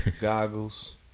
goggles